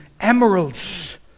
emeralds